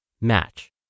Match